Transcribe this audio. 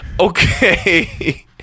Okay